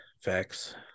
facts